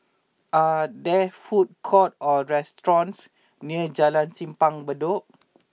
are there food courts or restaurants near Jalan Simpang Bedok